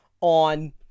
on